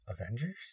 Avengers